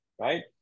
right